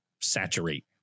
saturate